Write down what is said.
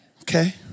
Okay